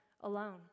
alone